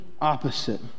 opposite